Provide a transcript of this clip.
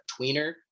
tweener